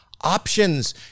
options